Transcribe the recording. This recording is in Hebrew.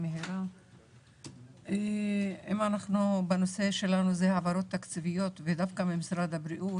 היום הנושא שלנו זה העברות תקציביות ודווקא ממשרד הבריאות.